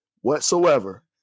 whatsoever